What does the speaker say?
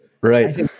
Right